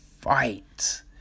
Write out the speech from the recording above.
Fight